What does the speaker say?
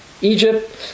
Egypt